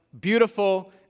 beautiful